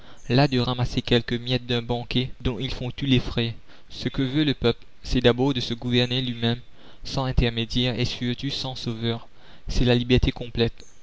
las de ramasser quelques miettes d'un banquet dont ils font tous les frais ce que veut le peuple c'est d'abord de se gouverner lui-même sans intermédiaire et surtout sans sauveur c'est la liberté complète